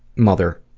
mother.